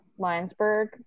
Linesburg